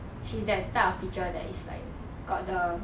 she is that type of teacher that is like got the